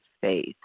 faith